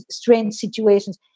strange situations,